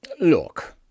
Look